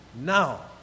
now